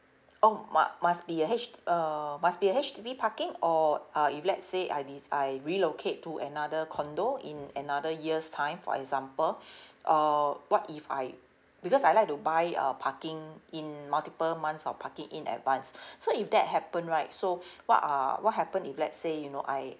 oh mu~ must be a H uh must be a H_D_B parking or uh if let's say I dec~ I relocate to another condominium in another year's time for example uh what if I because I like to buy uh parking in multiple months of parking in advance so if that happen right so what uh what happen if let's say you know I